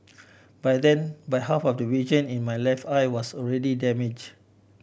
by then by half of the region in my left eye was already damage